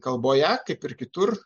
kalboje kaip ir kitur